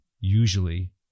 usually